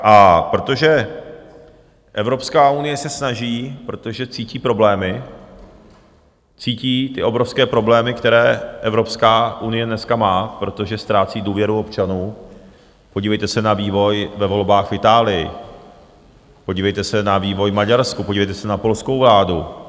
A protože Evropská unie se snaží, protože cítí problémy, cítí ty obrovské problémy, které Evropská unie dneska má, protože ztrácí důvěru občanů, podívejte se na vývoj ve volbách v Itálii, podívejte na vývoj v Maďarsku, podívejte se na polskou vládu.